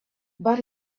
but